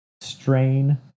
strain